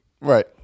Right